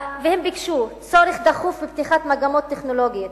הם ביקשו: יש צורך דחוף בפתיחת מגמות טכנולוגיות,